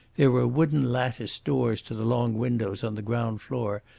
there were wooden latticed doors to the long windows on the ground floor,